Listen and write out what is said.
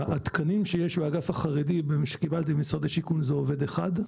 התקנים שיש באגף החרדי שקיבלתי ממשרד השיכון זה עובד אחד,